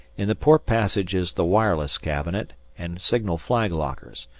in the port passage is the wireless cabinet and signal flag lockers,